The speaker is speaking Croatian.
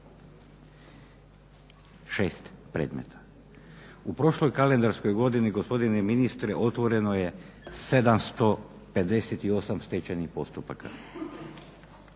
6 predmeta. U prošloj kalendarskoj godini gospodine ministre otvoreno je 758 stečajnih postupaka.